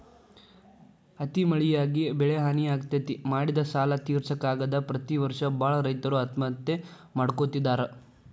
ಅತಿ ಮಳಿಯಾಗಿ ಬೆಳಿಹಾನಿ ಆಗ್ತೇತಿ, ಮಾಡಿದ ಸಾಲಾ ತಿರ್ಸಾಕ ಆಗದ ಪ್ರತಿ ವರ್ಷ ಬಾಳ ರೈತರು ಆತ್ಮಹತ್ಯೆ ಮಾಡ್ಕೋತಿದಾರ